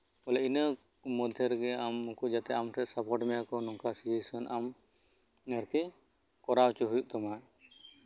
ᱵᱚᱞᱮ ᱤᱱᱟᱹ ᱢᱚᱫᱽᱫᱷᱮ ᱨᱮᱜᱮ ᱟᱢ ᱩᱱᱠᱩ ᱡᱟᱛᱮ ᱥᱟᱯᱚᱨᱴ ᱢᱮᱭᱟ ᱠᱚ ᱚᱱᱠᱟ ᱞᱮᱠᱟ ᱥᱤᱪᱩᱭᱮᱥᱚᱱ ᱛᱮᱭᱟᱨ ᱦᱚᱪᱚᱭ ᱦᱩᱭᱩᱜ ᱛᱟᱢᱟ